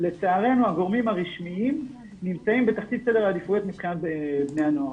לצערנו הגורמים הרשמיים נמצאים בתחתית סדר העדיפויות מבחינת בני הנוער,